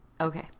Okay